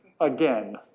again